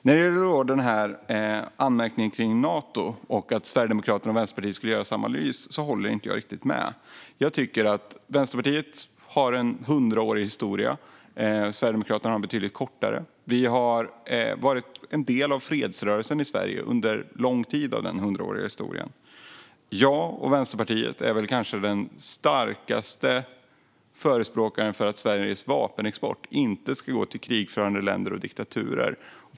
När det gäller anmärkningen kring Nato och att Sverigedemokraterna och Vänsterpartiet skulle göra samma analys håller jag inte riktigt med Hans Wallmark. Vänsterpartiet har en hundraårig historia, Sverigedemokraterna har en betydligt kortare historia. Vi har varit en del av fredsrörelsen i Sverige under en lång tid av den hundraåriga historien. Jag och Vänsterpartiet är väl kanske de starkaste förespråkarna för att Sveriges vapenexport inte ska gå till krigförande länder och diktaturer.